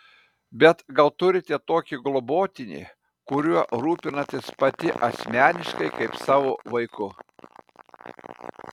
bet gal turite tokį globotinį kuriuo rūpinatės pati asmeniškai kaip savo vaiku